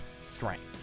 strength